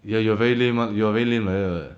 ya you are very lame [one] your very lame like that [what]